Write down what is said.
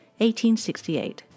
1868